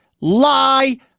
Lie